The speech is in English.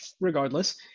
regardless